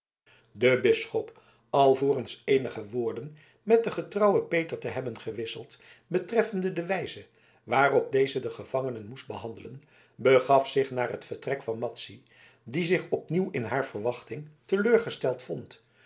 de bisschop na alvorens eenige woorden met den getrouwen peter te hebben gewisseld betreffende de wijze waarop deze de gevangenen moest behandelen begaf zich naar het vertrek van madzy die zich opnieuw in haar verwachting teleurgesteld vond